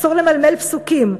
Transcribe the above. אסור למלמל פסוקים,